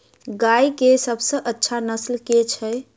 गाय केँ सबसँ अच्छा नस्ल केँ छैय?